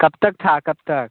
कब तक था कब तक